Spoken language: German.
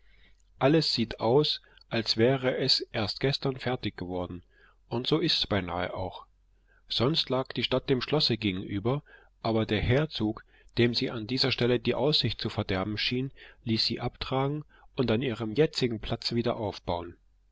alles sieht aus als wäre es erst gestern fertig geworden und so ist's beinahe auch sonst lag die stadt dem schlosse gegenüber aber der herzog dem sie an der stelle die aussicht zu verderben schien ließ sie abtragen und an ihrem jetzigen platze wieder aufbauen